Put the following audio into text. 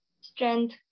strength